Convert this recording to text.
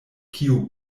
kio